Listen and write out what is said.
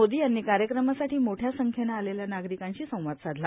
मोदी यांनी कार्यक्रमासाठी मोठ्या संख्येनं आलेल्या नागरिकांशी संवाद साधला